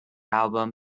album